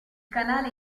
canale